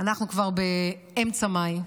אנחנו כבר באמצע מאי.